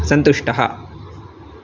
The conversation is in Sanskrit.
सन्तुष्टः